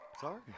Sorry